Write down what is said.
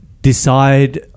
decide